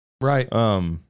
Right